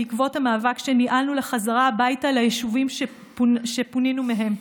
בעקבות המאבק שניהלנו לחזרה הביתה ליישובים שפונינו מהם.